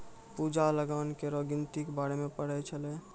पूजा लगान केरो गिनती के बारे मे पढ़ै छलै